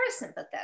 parasympathetic